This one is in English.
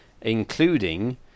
including